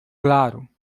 claro